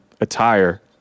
attire